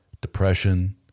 depression